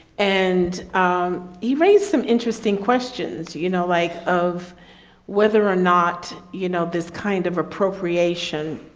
and he raised some interesting questions, you you know, like, of whether or not you know, this kind of appropriation